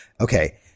Okay